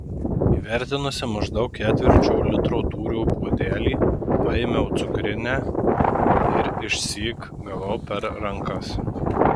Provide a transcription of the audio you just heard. įvertinusi maždaug ketvirčio litro tūrio puodelį paėmiau cukrinę ir išsyk gavau per rankas